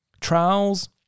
Trials